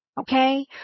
okay